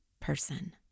person